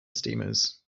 steamers